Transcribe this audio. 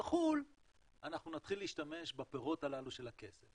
בחו"ל אנחנו נתחיל להשתמש בפירות הללו של הכסף.